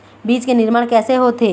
बीज के निर्माण कैसे होथे?